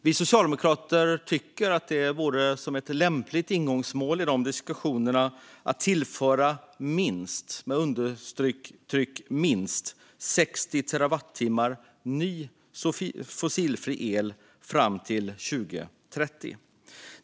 Vi socialdemokrater tycker att ett lämpligt ingångsmål i diskussionerna vore att minst 60 terawattimmar ny fossilfri el ska tillföras fram till 2030.